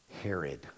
Herod